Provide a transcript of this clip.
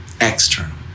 external